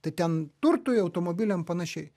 tai ten turtui automobiliam panašiai